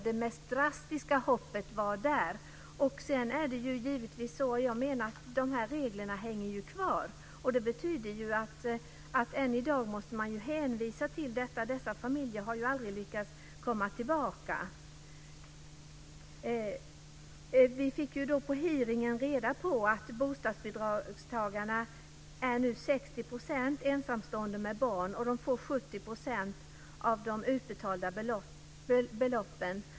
Då skedde den mest drastiska nedgången. De här reglerna hänger ju kvar, och det betyder att man än i dag måste hänvisa till detta. Dessa familjer har ju aldrig lyckats komma tillbaka. Vi fick under hearingen reda på att bostadsbidragstagarna nu till 60 % är ensamstående med barn och att de får 70 % av de utbetalda beloppen.